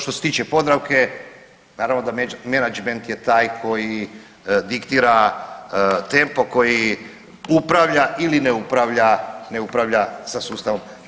Što se tiče Podravke, naravno da menagment je taj koji diktira tempo, koji upravlja ili ne upravlja sa sustavom.